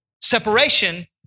separation